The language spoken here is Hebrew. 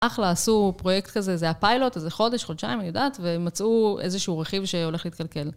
"אחלה" עשו פרויקט כזה, זה היה פיילוט, איזה חודש, חודשיים, אני יודעת, ומצאו איזשהו רכיב שהולך להתקלקל.